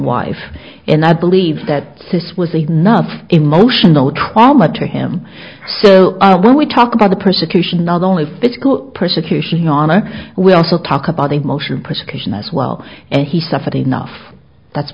wife and i believe that this was enough emotional trauma to him so when we talk about the persecution not only physical persecution ana we also talk about emotion persecution as well and he suffered enough that's